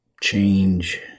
change